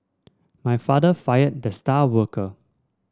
my father fired the star worker